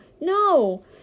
No